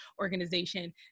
Organization